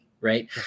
right